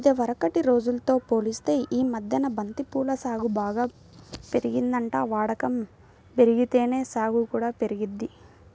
ఇదివరకటి రోజుల్తో పోలిత్తే యీ మద్దెన బంతి పూల సాగు బాగా పెరిగిందంట, వాడకం బెరిగితేనే సాగు కూడా పెరిగిద్ది